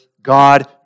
God